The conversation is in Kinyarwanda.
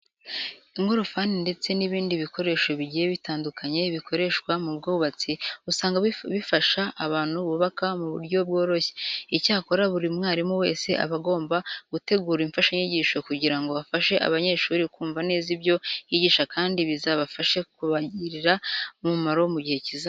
Ingorofani ndetse n'ibindi bikoresho bigiye bitandukanye bikoreshwa mu bwubatsi, usanga bifasha abantu bubaka mu buryo bworoshye. Icyakora buri mwarimu wese aba agomba gutegura imfashanyigisho kugira ngo afashe abanyeshuri kumva neza ibyo yigisha kandi bizabashe kubagirira umumaro mu gihe kizaza.